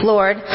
Lord